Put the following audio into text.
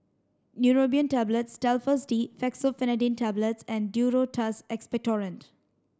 Neurobion Tablets Telfast D Fexofenadine Tablets and Duro Tuss Expectorant